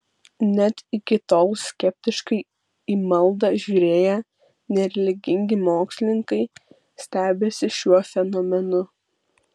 net iki tol skeptiškai į maldą žiūrėję nereligingi mokslininkai stebisi šiuo fenomenu